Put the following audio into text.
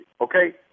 Okay